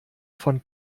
von